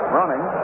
running